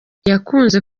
yakunze